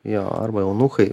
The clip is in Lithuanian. jo arba eunuchai